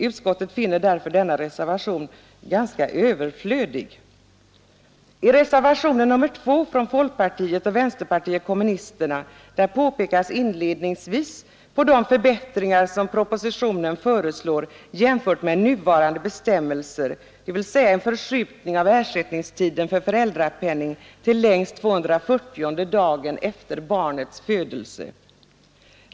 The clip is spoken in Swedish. Utskottet finner därför reservationen 1 vara ganska överflödig. I reservationen 2 från folkpartiet och vänsterpartiet kommunisterna pekas inledningsvis på de förbättringar som föreslås i propositionen i förhållande till nuvarande bestämmelser, dvs. en förskjutning av ersättningstiden för föräldrapenning till längst 240:e dagen efter barnets födelse.